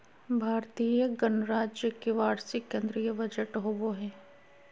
भारतीय गणराज्य के वार्षिक केंद्रीय बजट होबो हइ